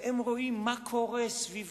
והם רואים מה קורה סביב